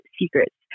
secrets